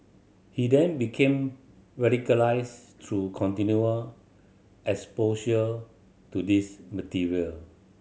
he then became radicalised through continued exposure to these material